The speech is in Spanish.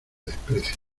desprecio